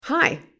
Hi